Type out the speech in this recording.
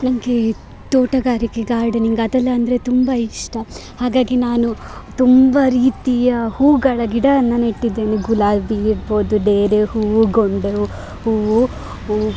ನನಗೆ ತೋಟಗಾರಿಕೆ ಗಾರ್ಡನಿಂಗ್ ಅದೆಲ್ಲ ಅಂದರೆ ತುಂಬ ಇಷ್ಟ ಹಾಗಾಗಿ ನಾನು ತುಂಬ ರೀತಿಯ ಹೂವುಗಳ ಗಿಡವನ್ನು ನೆಟ್ಟಿದ್ದೇನೆ ಗುಲಾಬಿ ಇರ್ಬೋದು ಡೇರೆ ಹೂವು ಗೊಂಡೆ ಹೂವು ಹೂವು